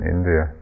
India